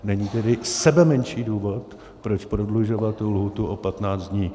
Není tedy sebemenší důvod, proč prodlužovat tu lhůtu o 15 dní.